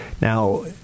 Now